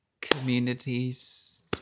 Communities